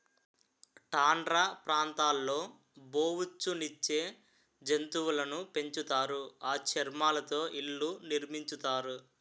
tundra ప్రాంతాల్లో బొఉచ్చు నిచ్చే జంతువులును పెంచుతారు ఆ చర్మాలతో ఇళ్లు నిర్మించుతారు